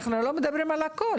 אנחנו לא מדברים על הכול.